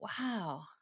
Wow